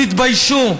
תתביישו.